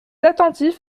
attentifs